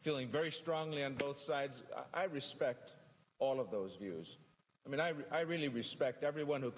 feeling very strongly on both sides i respect all of those views and i really respect everyone who